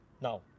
now